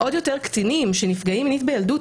עוד יותר לקטינים שנפגעים מינית בילדות,